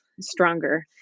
stronger